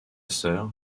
sœur